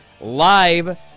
Live